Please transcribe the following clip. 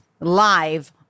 live